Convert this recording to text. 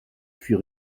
suis